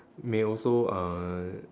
may also uh